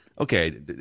Okay